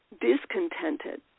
discontented